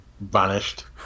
vanished